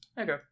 Okay